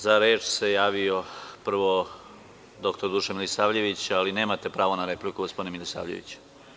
Za reč se javio narodni poslanik dr Dušan Milisavljević, ali nemate pravo na repliku gospodine Milisavljeviću.